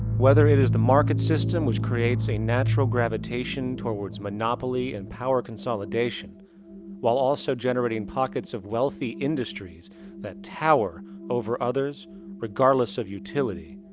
whether it is the market system which creates a natural gravitation towards monopoly and power consolidation while also generating pockets of wealthy industries that tower over others regardless of utility.